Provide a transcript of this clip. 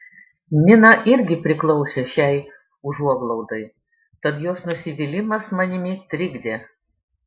nina irgi priklausė šiai užuoglaudai tad jos nusivylimas manimi trikdė